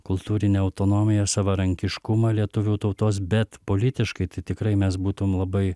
kultūrinę autonomiją savarankiškumą lietuvių tautos bet politiškai tai tikrai mes būtum labai